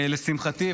לשמחתי,